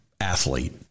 athlete